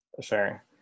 Sure